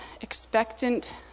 expectant